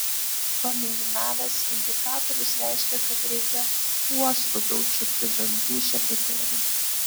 pamėlynavęs indikatorius reiškia kad reikia kuo skubiau čiupti dantų šepetėlį